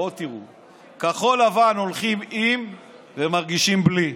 בואו תראו: כחול לבן הולכים עם ומרגישים בלי: